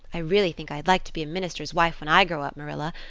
i really think i'd like to be a minister's wife when i grow up, marilla.